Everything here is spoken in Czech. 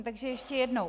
Takže ještě jednou.